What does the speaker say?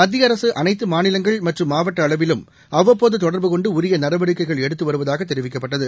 மத்திய அரசு அனைத்து மாநிலங்கள் மற்றும் மாவட்ட அளவிலும் அவ்வப்போது தொடர்புனொண்டு உரிய நடவடிக்கைகள் எடுத்து வருவதாக தெரிவிக்கப்பட்டது